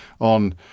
on